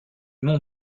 monts